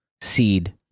seed